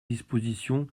disposition